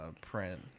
print